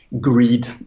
greed